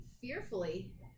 fearfully